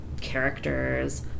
characters